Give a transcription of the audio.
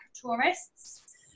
tourists